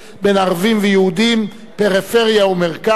בין ערבים ליהודים ובין פריפריה למרכז.